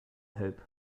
hope